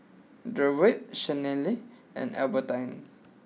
Durward Chanelle and Albertine